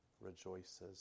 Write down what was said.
rejoices